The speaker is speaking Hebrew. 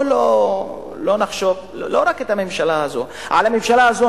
על הממשלה הזאת,